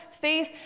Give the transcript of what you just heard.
faith